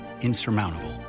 insurmountable